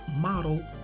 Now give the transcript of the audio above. model